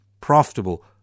profitable